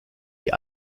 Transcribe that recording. die